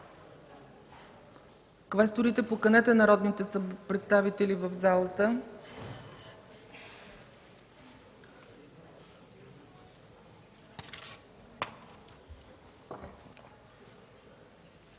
Квесторите, поканете народните представители в залата.